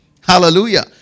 Hallelujah